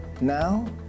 Now